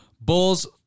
Bulls